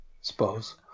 suppose